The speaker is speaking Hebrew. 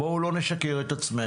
בואו לא נשקר את עצמנו.